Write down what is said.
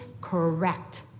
correct